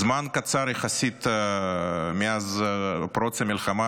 זמן קצר יחסית לאחר פרוץ המלחמה,